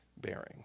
bearing